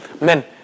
Men